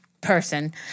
person